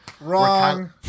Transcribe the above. Wrong